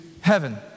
heaven